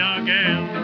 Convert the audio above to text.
again